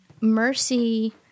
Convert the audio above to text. mercy